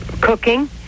cooking